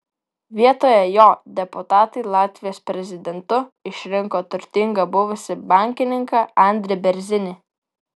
vietoje jo deputatai latvijos prezidentu išrinko turtingą buvusį bankininką andrį bėrzinį